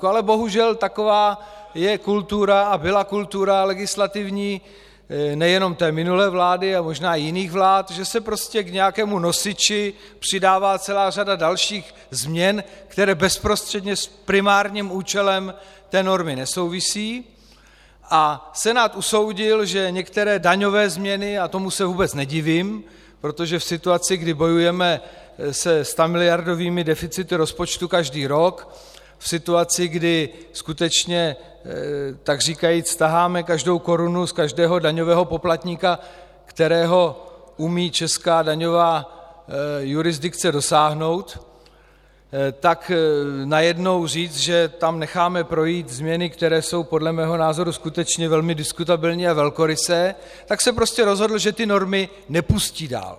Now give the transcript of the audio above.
Ale bohužel, taková je a byla legislativní kultura nejenom té minulé vlády a možná i jiných vlád, že se prostě k nějakému nosiči přidala celá řada dalších změn, které bezprostředně s primárním účelem té normy nesouvisí, a Senát usoudil, že některé daňové změny, a tomu se vůbec nedivím, protože v situaci, kdy bojujeme se stamiliardovými deficity rozpočtu každý rok, v situaci, kdy skutečně takříkajíc taháme každou korunu z každého daňového poplatníka, kterého umí česká daňová jurisdikce dosáhnout, tak najednou říci, že tam necháme projít změny, které jsou podle mého názoru skutečně velmi diskutabilní a velkorysé, tak se prostě rozhodl, že ty normy nepustí dál.